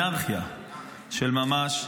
אנרכיה של ממש.